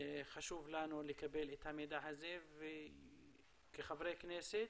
חשוב לנו לקבל את המידע הזה כחברי כנסת,